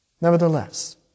Nevertheless